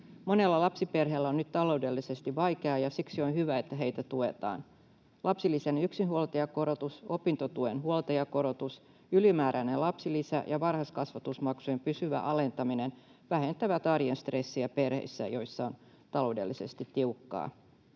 Monella lapsiperheellä on nyt taloudellisesti vaikeaa, ja siksi on hyvä, että heitä tuetaan. Lapsilisän yksinhuoltajakorotus, opintotuen huoltajakorotus, ylimääräinen lapsilisä ja varhaiskasvatusmaksujen pysyvä alentaminen vähentävät arjen stressiä perheissä, joissa on taloudellisesti tiukkaa.